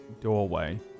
doorway